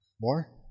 more